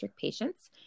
patients